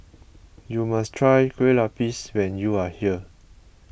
you must try Kueh Lupis when you are here